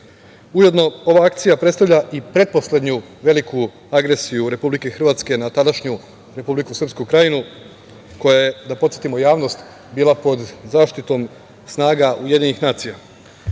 Ujedno, ova akcija predstavlja i pretposlednju veliku agresiju Republike Hrvatske na tadašnju Republiku Srpsku Krajinu koja je, da podsetimo javnost, bila pod zaštitom snaga Ujedinjenih nacija.